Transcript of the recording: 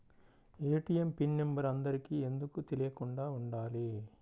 ATM PIN number అందరికి ఎందుకు తెలియకుండా ఉండాలి?